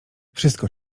wszystko